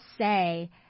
say